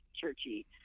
churchy